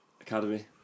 Academy